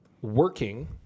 working